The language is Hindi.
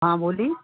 हाँ बोली